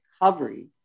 recovery